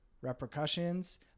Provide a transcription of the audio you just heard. repercussions